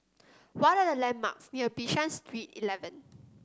what are the landmarks near Bishan Street Eleven